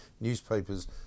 newspapers